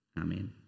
amen